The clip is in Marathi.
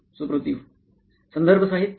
सुप्रातिवः संदर्भ साहित्य